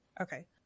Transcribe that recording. Okay